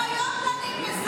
גם היום דנים בזה.